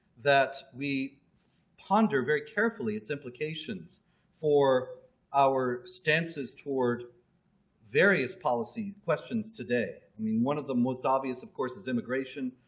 that we ponder very carefully its implications for our stances toward various policy questions today. i mean one of the most obvious of course is immigration,